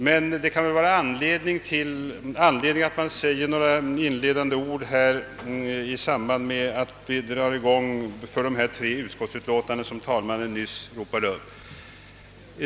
Men det kan väl ändå finnas anledning att säga några inledande ord i samband med att vi drar i gång en debatt om de tre utskottsutlåtanden som talmannen nyss nämnde.